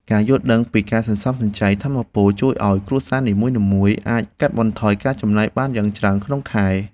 ការយល់ដឹងពីការសន្សំសំចៃថាមពល ជួយឱ្យគ្រួសារនីមួយៗអាចកាត់បន្ថយការចំណាយបានយ៉ាងច្រើនក្នុងខែ។